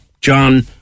John